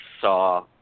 saw